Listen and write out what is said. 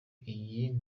iyi